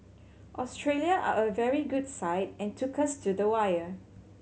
Australia are a very good side and took us to the wire